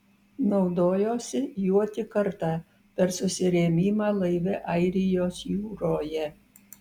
naudojosi juo tik kartą per susirėmimą laive airijos jūroje